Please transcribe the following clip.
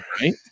right